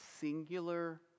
singular